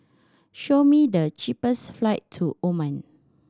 show me the cheapest flight to Oman